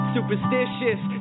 Superstitious